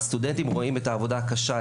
הסטודנטים רואים את העובדה הקשה,